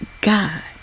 God